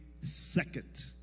second